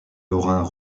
lorrains